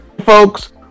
folks